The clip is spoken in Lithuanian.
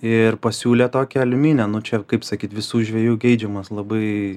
ir pasiūlė tokią aliuminę nu čia kaip sakyt visų žvejų geidžiamas labai